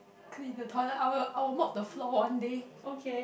clean the toilet I will I will mop the floor one day